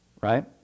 Right